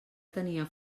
tenia